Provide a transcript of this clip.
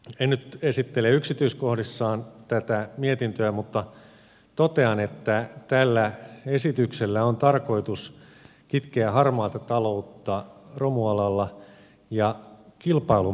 en nyt esittele yksityiskohdissaan tätä mietintöä mutta totean että tällä esityksellä on tarkoitus kitkeä harmaata taloutta romualalla ja kilpailun vääristymiä romualalla